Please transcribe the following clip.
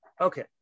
Okay